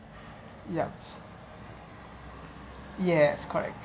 yup yes correct